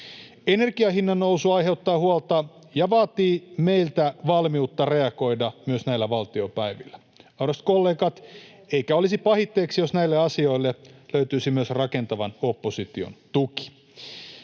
energian hinnannousu aiheuttaa huolta ja vaatii meiltä valmiutta reagoida näillä valtiopäivillä. Arvoisat kollegat, ei olisi pahitteeksi, jos näille asioille löytyisi myös rakentavan opposition tuki.